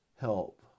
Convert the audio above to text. help